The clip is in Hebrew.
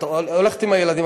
את הולכת עם הילדים,